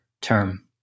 term